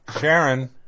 Sharon